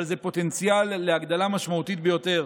אבל זה פוטנציאל להגדלה משמעותית ביותר